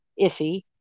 iffy